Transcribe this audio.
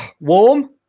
Warm